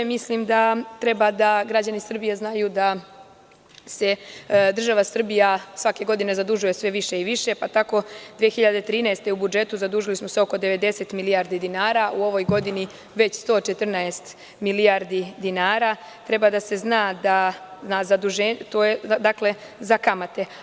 Mislim da treba da građani Srbije znaju da se država Srbija svake godine zadužuje sve više i više, pa tako 2013. godine u budžetu zadužili smo oko 90 milijardi dinara, a u ovoj godini već114 milijardi dinara i treba da se zna, to je dakle, za kamate.